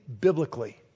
biblically